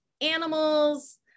animals